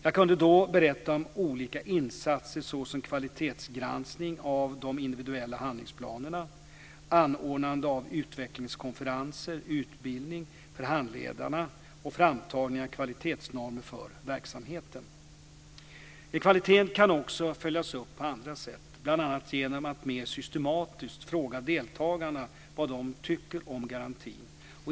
Jag kunde då berätta om olika insatser såsom kvalitetsgranskning av de individuella handlingsplanerna, anordnande av utvecklingskonferenser, utbildning för handledarna och framtagning av kvalitetsnormer för verksamheten. Kvaliteten kan också följas upp på andra sätt, bl.a. genom att mer systematiskt fråga deltagarna vad de tycker om garantin.